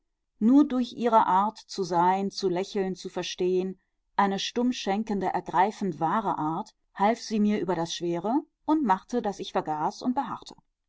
nur durch ihre art zu sein zu lächeln zu verstehen eine stummschenkende ergreifend wahre art half sie mir über das schwere und machte daß ich vergaß und beharrte